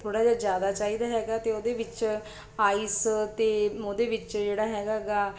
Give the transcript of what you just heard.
ਥੋੜ੍ਹਾ ਜਿਹਾ ਜ਼ਿਆਦਾ ਚਾਹੀਦਾ ਹੈਗਾ ਅਤੇ ਉਹਦੇ ਵਿੱਚ ਆਈਸ ਅਤੇ ਉਹਦੇ ਵਿੱਚ ਜਿਹੜਾ ਹੈਗਾ ਗਾ